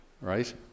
Right